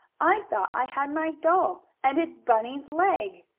i thought i had my doll, and it's bunny's leg!